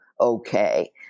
okay